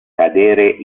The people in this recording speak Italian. cadere